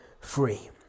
free